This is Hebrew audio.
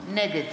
נגד